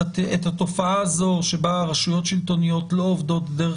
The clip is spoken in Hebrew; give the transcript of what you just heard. את התופעה הזאת שבה רשויות שלטוניות לא עובדות דרך